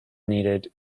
needed